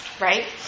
right